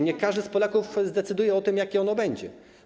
Niech każdy z Polaków zdecyduje o tym, jakie ono będzie.